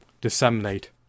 disseminate